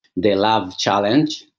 they love challenge,